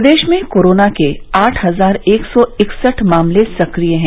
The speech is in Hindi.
प्रदेश में कोरोना के आठ हजार एक सौ इकसठ मामले सक्रिय हैं